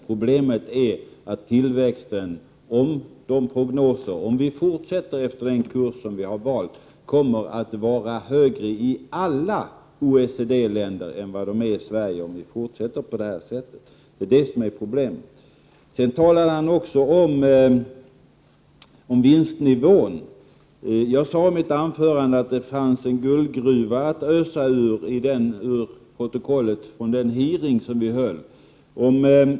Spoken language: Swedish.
Problemet är att tillväxten, om vi följer den kurs som vi har valt, kommer att vara högre i alla OECD-länder än i Sverige. Det är det som är problemet. Lars Bäckström talar också om vinstnivån. Jag sade i mitt anförande att det fanns en guldgruva att ösa ur och menade protokollet över den hearing vi höll.